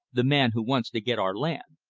the man who wants to get our land.